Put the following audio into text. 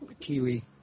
kiwi